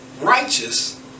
righteous